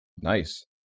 Nice